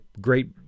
great